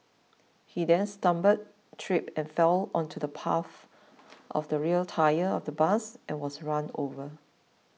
he then stumbled tripped and fell onto the path of the rear tyre of the bus and was run over